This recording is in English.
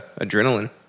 adrenaline